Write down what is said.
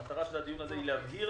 המטרה של הדיון היא להבהיר